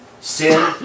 Sin